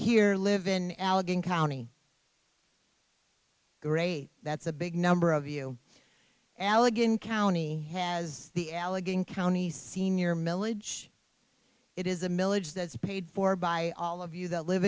here live in allegheny county great that's a big number of you allegan county has the allegheny county senior milledge it is a millage that's paid for by all of you that live